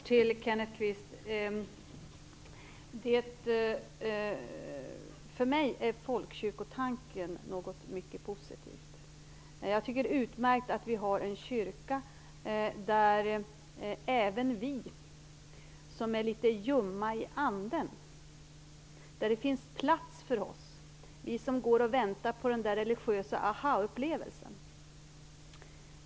Herr talman! För mig är folkkyrkotanken något mycket positivt. Jag tycker att det är utmärkt att vi har en kyrka där det finns plats för även oss som är litet ljumma i anden, för oss som går och väntar på den religiösa aha-upplevelsen.